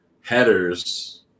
headers